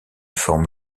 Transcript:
formes